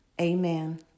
Amen